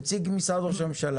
נציג משרד ראש הממשלה.